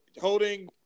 holding